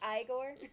Igor